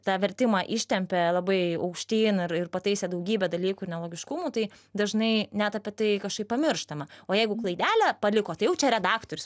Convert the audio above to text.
tą vertimą ištempė labai aukštyn ir ir pataisė daugybę dalykų ir nelogiškumų tai dažnai net apie tai kažkaip pamirštama o jeigu klaidelę paliko tai jau čia redaktorius